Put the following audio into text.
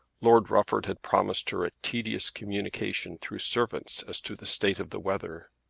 lord rufford had promised her a tedious communication through servants as to the state of the weather.